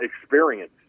experience